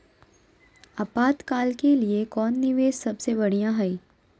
आपातकाल के लिए कौन निवेस सबसे बढ़िया है?